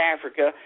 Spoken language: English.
Africa